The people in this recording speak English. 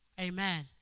Amen